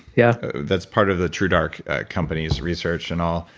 yeah that's part of the truedark company's research and all,